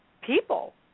people